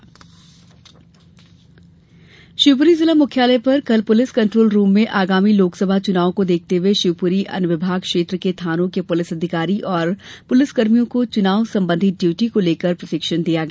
चुनाव प्रशिक्षण शिवपुरी जिला मुख्यालय पर कल पुलिस कंट्रोल रूम में आगामी लोकसभा चुनाव को देखते हुए शिवपुरी अनुविभाग क्षेत्र के थानों के पुलिस अधिकारी और पुलिसकर्मियों को चुनाव संबंधी ड्यूटी को लेकर प्रशिक्षण दिया गया